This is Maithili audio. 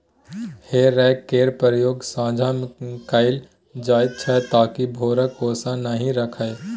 हे रैक केर प्रयोग साँझ मे कएल जाइत छै ताकि भोरक ओस नहि खसय